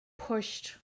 pushed